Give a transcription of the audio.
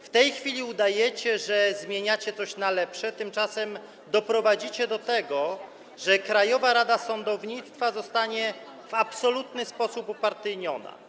W tej chwili udajecie, że zmieniacie coś na lepsze, tymczasem doprowadzicie do tego, że Krajowa Rada Sądownictwa zostanie w absolutny sposób upartyjniona.